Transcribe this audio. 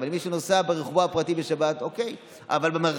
אבל מי שנוסע ברכבו הפרטי בשבת,